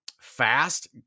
fast